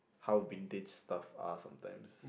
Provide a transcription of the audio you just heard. how vintage stuff are sometimes